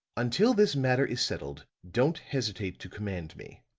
until this matter is settled, don't hesitate to command me.